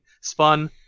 Spun